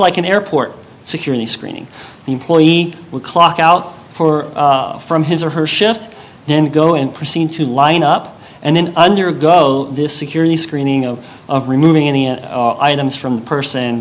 like an airport security screening the employee would clock out for from his or her shift then go and proceed to line up and then undergo this security screening of removing any items from the person